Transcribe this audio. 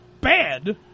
bad